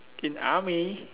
in army